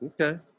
Okay